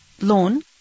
loan